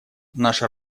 наша